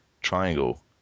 triangle